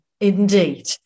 indeed